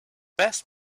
best